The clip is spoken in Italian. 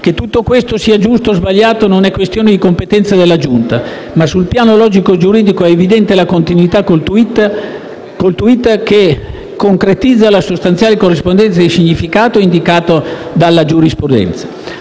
Che tutto questo sia giusto o sbagliato non è questione di competenza della Giunta, ma sul piano logico-giuridico è evidente la continuità con il *tweet*, che concretizza la sostanziale corrispondenza di significato indicato dalla giurisprudenza